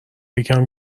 یکم